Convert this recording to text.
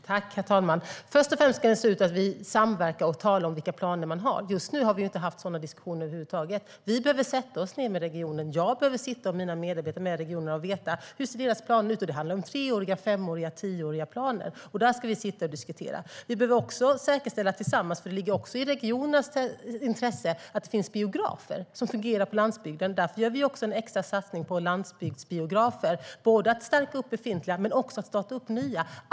Herr talman! Först och främst ska vi samverka och tala om vilka planer vi har. Just nu har vi inte haft sådana diskussioner över huvud taget. Jag och mina medarbetare behöver sätta oss med regionerna och prata för att få veta hur deras planer ser ut. Det handlar om tre, fem och tioåriga planer. Vi ska sitta tillsammans och diskutera det. Vi behöver också säkerställa tillsammans, och det ligger också i regionernas intresse, att det finns biografer som fungerar på landsbygden. Därför gör vi en extra satsning på landsbygdsbiografer, både för att stärka befintliga och för att starta nya.